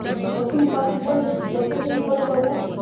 নতুন পাশ বই কত দিন পরে পাবো?